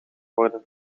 worden